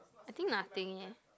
I think nothing eh